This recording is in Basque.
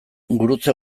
gurutze